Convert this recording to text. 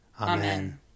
Amen